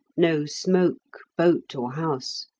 no smoke, boat, or house.